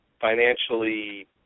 financially